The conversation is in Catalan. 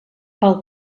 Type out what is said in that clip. pel